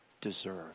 deserve